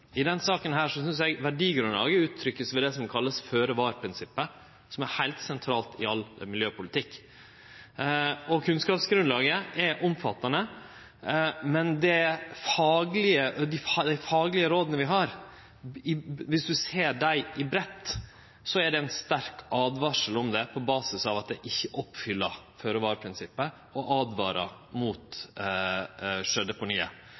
I denne saka synest eg verdigrunnlaget vert uttrykt ved det som vert kalla føre-var-prinsippet, som er heilt sentralt i all miljøpolitikk. Kunnskapsgrunnlaget er omfattande, men dei faglege råda vi har, dersom ein ser breitt på dei, er ei sterk åtvaring mot sjødeponi, på basis av at det ikkje oppfyller føre-var-prinsippet, og dei åtvarar mot